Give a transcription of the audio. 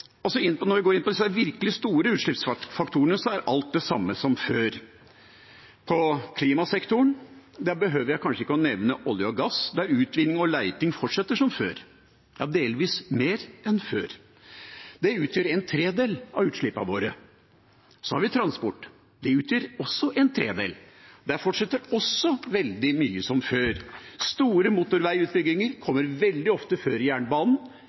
altså for smått. Det er for små plastre å regne på store beinbrudd. Kvotekjøp og regnskogsmilliarder kan jo også betraktes som en viss type avlat. Vi kjøper oss vekk fra ansvaret her hjemme. Når vi går inn på disse virkelig store utslippsfaktorene, er alt det samme som før. Innen klimasektoren behøver jeg kanskje ikke å nevne olje og gass, der utvinning og leting fortsetter som før, delvis mer enn før. Det utgjør en tredel av utslippene våre. Så har vi transport. Det utgjør også